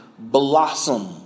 blossom